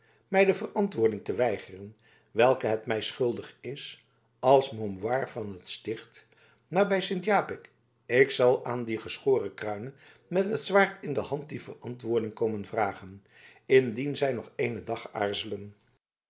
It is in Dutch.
mij de verantwoording te weigeren welke het mij schuldig is als momboir van het sticht maar bij sint japik ik zal aan die geschoren kruinen met het zwaard in de hand die verantwoording komen vragen indien zij nog eenen dag aarzelen